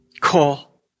call